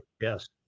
Yes